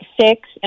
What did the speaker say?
six